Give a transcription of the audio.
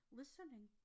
listening